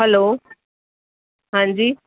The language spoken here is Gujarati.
હલો હા જી